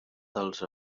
dels